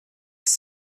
que